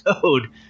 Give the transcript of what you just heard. code